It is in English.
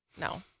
no